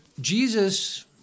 jesus